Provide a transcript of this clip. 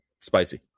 Spicy